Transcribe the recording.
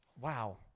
Wow